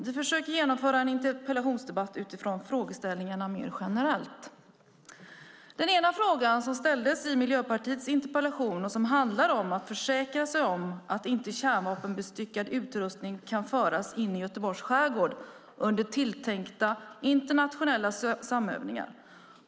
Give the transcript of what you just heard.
Vi försöker genomföra en interpellationsdebatt utifrån frågeställningarna mer generellt. En fråga som ställdes i Miljöpartiets interpellation handlar om att försäkra sig om att inte kärnvapenbestyckad utrustning kan föras in i Göteborgs skärgård under tilltänkta internationella samövningar.